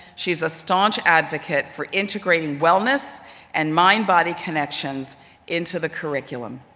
she's a staunch advocate for integrating wellness and mind body connections into the curriculum.